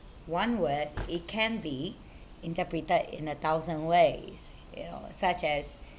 one word it can be interpreted in a thousand ways you know such as